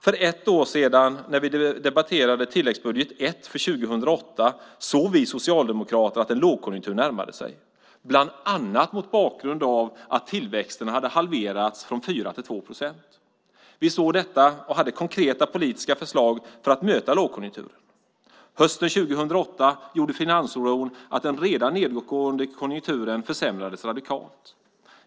För ett år sedan när vi debatterade tilläggsbudget 1 för 2008 såg vi socialdemokrater att en lågkonjunktur närmade sig, bland annat mot bakgrund av att tillväxten hade halverats från 4 till 2 procent. Vi såg detta och hade konkreta politiska förslag för att möta lågkonjunkturen. Hösten 2008 gjorde finansoron att den redan nedåtgående konjunkturen försämrades radikalt.